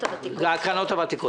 הקרנות הוותיקות